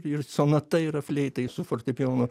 ir sonata yra fleitai su fortepijonu